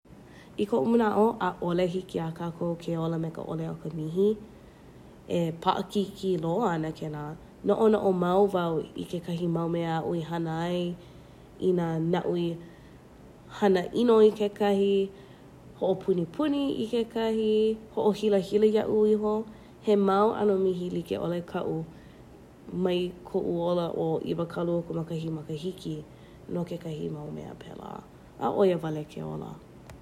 I koʻu manaʻo ʻaʻole hiki iā kākou ke ola me ka ʻole aku mihi e paʻakīkī loa ʻana kēlā noʻonoʻo mau wau kekahi mau mea u ihana ai i nā naʻu i hanaʻino i kekahi, hoʻopunipuni i kekahi, hoʻohilahila iaʻu iho he mau ʻano mihi likeʻole kaʻu mai koʻu ola o ʻiwakaluakumakahi makahiki no kekahi mau mea pēlā, ʻaʻole wale ke ola.